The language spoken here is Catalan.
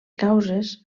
causes